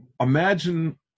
Imagine